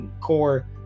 core